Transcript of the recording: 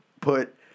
put